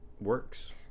works